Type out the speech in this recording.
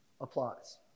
applies